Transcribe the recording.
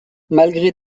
malgré